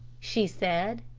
she said,